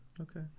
Okay